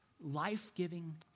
Life-giving